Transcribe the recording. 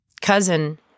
cousin